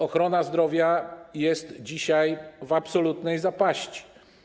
Ochrona zdrowia jest dzisiaj w absolutnej zapaści.